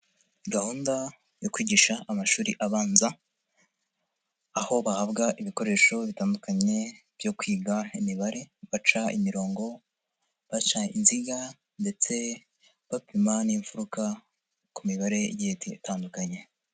Gahunda yo kwigisha amashuri abanza aho bahabwa ibikoresho bitandukanye byo kwiga imibare baca imirongo, baca inziga, ndetse bapima n'imfuruka ku mibare igiye itandukanye.